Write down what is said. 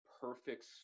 perfect